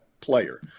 player